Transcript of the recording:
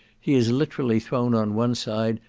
he is literally thrown on one side,